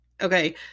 Okay